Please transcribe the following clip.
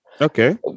okay